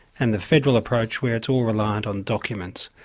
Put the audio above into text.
and the federal approach where it's all reliant on documents.